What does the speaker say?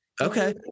Okay